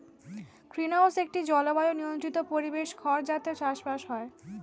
greenhouse একটি জলবায়ু নিয়ন্ত্রিত পরিবেশ ঘর যাতে চাষবাস হয়